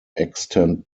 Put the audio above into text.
extent